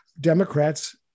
Democrats